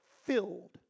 filled